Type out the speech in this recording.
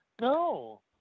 no